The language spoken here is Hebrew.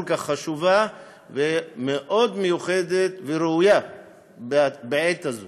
כך חשובה ומאוד מיוחדת וראויה בעת הזאת.